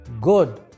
good